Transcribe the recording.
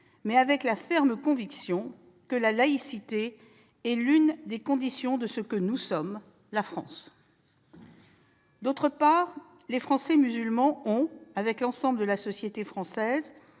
mais avec la ferme conviction que la laïcité est constitutive de ce que nous sommes : la France. D'autre part, les Français musulmans ont à mener, avec l'ensemble de la société française